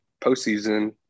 postseason